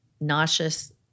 nauseous